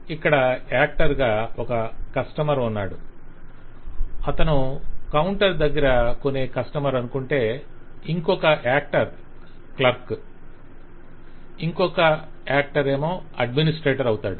ఇక్కడ యాక్టర్ గా ఒక కస్టమర్ ఉన్నాడు అతను కౌంటర్ దగ్గర కొనే కస్టమర్ అనుకుంటే ఇంకొక యాక్టర్ క్లర్క్ ఇంకొక యాక్టర్ ఏమో అడ్మినిస్ట్రేటర్ అవుతాడు